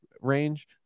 range